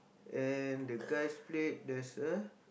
and the guy's plate there's a